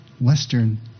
Western